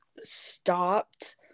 stopped